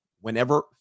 whenever